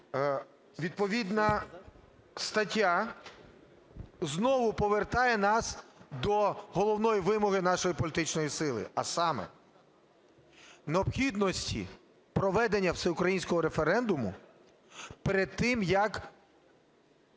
відповідна стаття знову повертає нас до головної вимоги нашої політичної сили, а саме необхідності проведення всеукраїнського референдуму перед тим, як